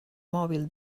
mòbil